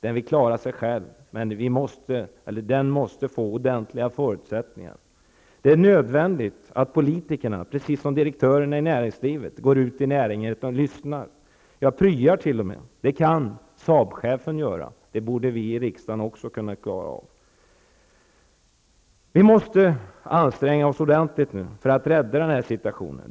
Den vill klara sig själv, men den måste få ordentliga förutsättningar. Det är nödvändigt att politikerna -- precis som direktörerna i näringslivet -- går ut i näringen och lyssnar -- ja, t.o.m. pryar! Det kunde Saab-chefen göra, och då borde vi i riksdagen också kunna klara av det. Vi måste nu anstränga oss ordentligt för att rädda situationen.